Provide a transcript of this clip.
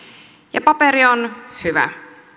ja paperi on hyvä